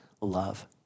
love